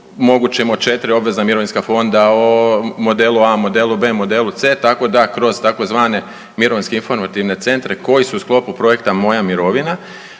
mogućem od 4 obvezna mirovinska fonda, o modelu A, modelu B, modelu C, tako da kroz tzv. mirovinske informativne centre koji su u sklopu Projekta Moja mirovina,